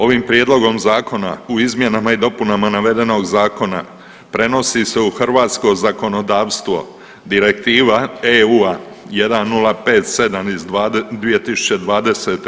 Ovim prijedlogom zakona u izmjenama i dopunama navedenog zakona prenosi se u hrvatsko zakonodavstvo Direktiva EU 1057 iz 2020.